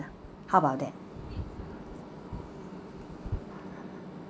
how about that